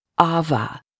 Ava